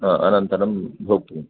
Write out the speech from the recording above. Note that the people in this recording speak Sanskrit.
अनन्तरं भोक्तव्यम्